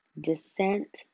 descent